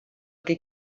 qui